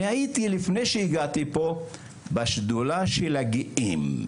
אני הייתי לפני שהגעתי לפה בשדולה של הגאים.